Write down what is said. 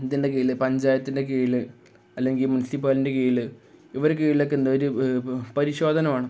ഇതിൻ്റെ കീഴില് പഞ്ചായത്തിൻ്റെ കീഴില് അല്ലെങ്കില് മുനിസിപ്പാലിറ്റീൻ്റെ കീഴില് ഇവരുടെ കീഴിലൊക്കെ എന്താണ് ഒരു പരിശോധന വേണം